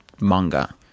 manga